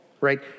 right